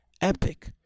Epic